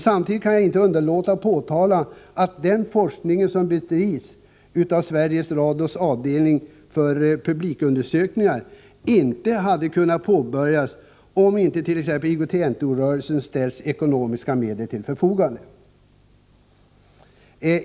Samtidigt kan jag inte underlåta att påtala att den forskning som bedrivs av Sveriges Radios avdelning för publikundersökningar inte hade kunnat påbörjas om inte t.ex. IOGT-NTO rörelsen hade ställt ekonomiska medel till förfogande.